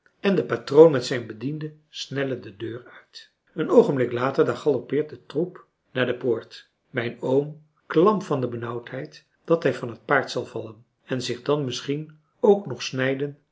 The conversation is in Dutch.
en de patroon met zijn bediende snellen de deur uit een oogenblik later daar galoppeert de troep naar de poort mijn oom klam van de benauwdheid dat hij van het paard zal vallen en zich dan misschien ook nog snijden